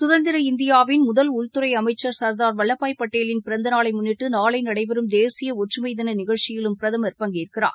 சுதந்திர இந்தியாவின் உள்துறைஅமைச்சர் சர்தார் வல்லபாய் பட்டேலின் பிறந்தநாளைமுன்னிட்டுநாளைநடைபெறும் தேசியஒற்றுமைதினநிகழ்ச்சியிலும் பிரதமர் பங்கேற்கிறார்